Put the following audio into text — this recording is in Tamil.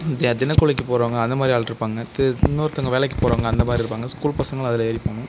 தினக்கூலிக்கு போகிறவங்க அந்த மாதிரி ஆளுருப்பாங்க இன்னொருத்தங்க வேலைக்கு போகிறவங்க அந்த மாதிரி இருப்பாங்க ஸ்கூல் பசங்களும் அதில் ஏறி போகணும்